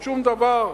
שום דבר.